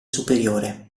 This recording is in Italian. superiore